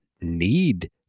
need